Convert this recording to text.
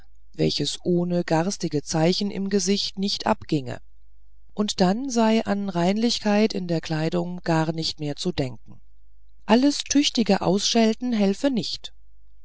welches ohne garstige zeichen im gesicht nicht abginge und dann sei an reinlichkeit in der kleidung gar nicht mehr zu den ken alles tüchtige ausschelten helfe nichts